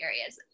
areas